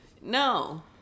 No